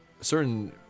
certain